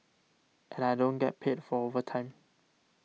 and I don't get paid for overtime